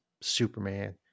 Superman